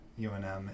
UNM